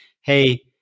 Hey